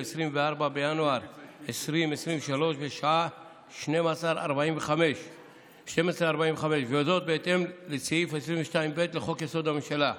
24 בינואר 2023 בשעה 12:45. זאת בהתאם לסעיף 22(ב) לחוק יסוד: הממשלה.